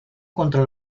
contra